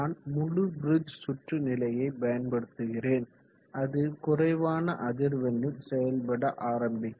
நான் முழு பிரிட்ஜ் சுற்று நிலையை பயன்படுத்துகிறேன் அது குறைவான அதிர்வெண்ணில் செயல்பட ஆரம்பிக்கும்